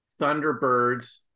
thunderbirds